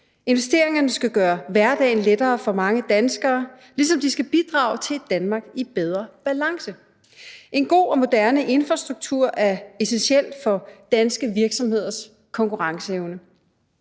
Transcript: Investeringerne skal gøre hverdagen lettere for mange danskere, ligesom de skal bidrage til et Danmark i bedre balance. En god og moderne infrastruktur er essentiel for danske virksomheders konkurrenceevne.«